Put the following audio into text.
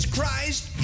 Christ